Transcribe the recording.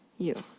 you.